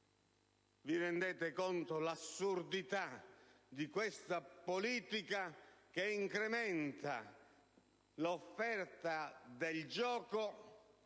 Vi rendete conto dell'assurdità di questa politica, che incrementa l'offerta del gioco